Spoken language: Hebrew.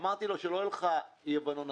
אמרתי לו: שלא יהיו לך אי הבנות,